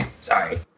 Sorry